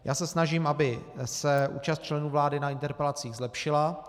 Já se snažím, aby se účast členů vlády na interpelacích zlepšila.